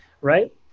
right